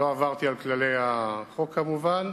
לא עברתי על החוק, כמובן,